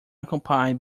accompanied